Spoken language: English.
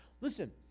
Listen